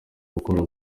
gukora